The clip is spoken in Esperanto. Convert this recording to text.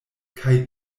kaj